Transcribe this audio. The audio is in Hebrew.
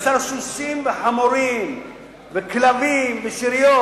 בשר סוסים וחמורים וכלבים ושאריות,